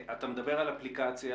אתה מדבר על אפליקציה.